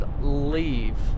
leave